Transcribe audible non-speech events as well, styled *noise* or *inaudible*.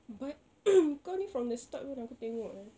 but *coughs* kau ni from the start pun aku tengok kan